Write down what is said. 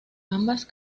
ambas